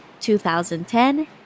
2010